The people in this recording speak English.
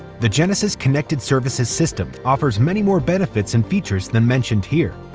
the genesis connected services system offers many more benefits and features than mentioned here.